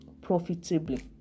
profitably